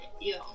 yo